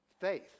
faith